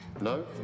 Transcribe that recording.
No